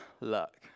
luck